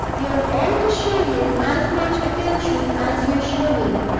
you're all to show him as much attention as you show me.